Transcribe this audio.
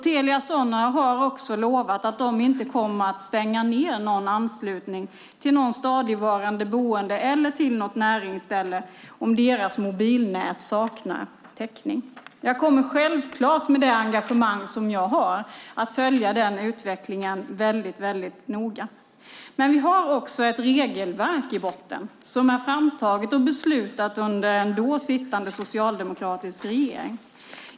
Telia Sonera har lovat att de inte kommer att stänga ned någon anslutning till någon stadigvarande boende eller till något näringsställe om deras mobilnät saknar täckning. Självklart kommer jag med det engagemang jag har att väldigt noga följa den utvecklingen. Men i botten har vi också ett regelverk som är framtaget och beslutat under en då sittande socialdemokratisk regering.